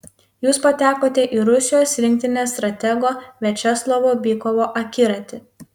jūs patekote į rusijos rinktinės stratego viačeslavo bykovo akiratį